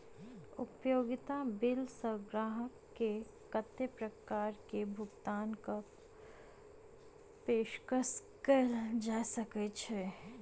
उपयोगिता बिल सऽ ग्राहक केँ कत्ते प्रकार केँ भुगतान कऽ पेशकश कैल जाय छै?